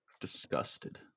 Disgusted